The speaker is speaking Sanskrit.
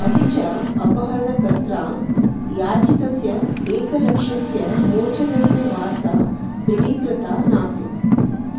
अपि च अपहरणकर्त्रा याचितस्य एकलक्षस्य मोचनस्य वार्ता दृढीकृता नासीत्